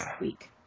week